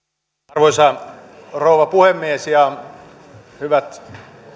arvoisa rouva puhemies hyvät